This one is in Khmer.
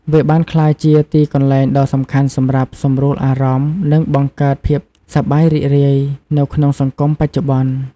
វាបានក្លាយជា ទីកន្លែងដ៏សំខាន់សម្រាប់សម្រួលអារម្មណ៍ និងបង្កើតភាពសប្បាយរីករាយ នៅក្នុងសង្គមបច្ចុប្បន្ន។